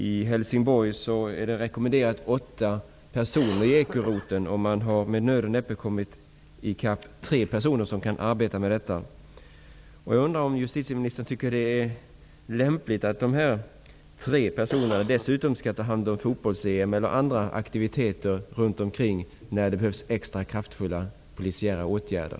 I Helsingborg finns det rekommendationer om att det skall vara åtta personer vid ekoroteln. Man har med nöd och näppe fått ihop tre personer som kan arbeta med detta. Jag undrar om justitieministern tycker att det är lämpligt att dessa tre personer dessutom skall ta hand om fotbolls-EM och andra aktiviteter när det behövs extra kraftfulla polisiära åtgärder.